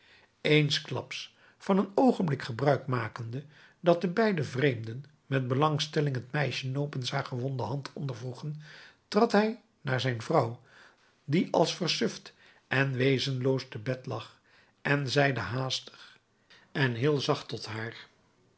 eensklaps van een oogenblik gebruik makende dat de beide vreemden met belangstelling het meisje nopens haar gewonde hand ondervroegen trad hij naar zijn vrouw die als versuft en wezenloos te bed lag en zeide haastig en heel zacht tot haar